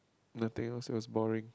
nothing else it was boring